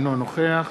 אינו נוכח